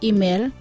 Email